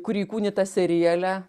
kuri įkūnyta seriale